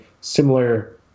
similar